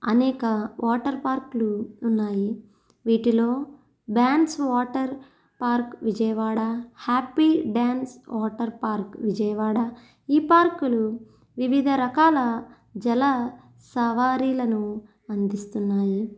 అనేక వాటర్ పార్కులు ఉన్నాయి వీటిలో బ్యాన్స్ water park Vijayawada happy dance water park Vijayawada ఈ పార్కులు వివిధ రకాల జల సవారిలను అందిస్తున్నాయి